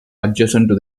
adjacent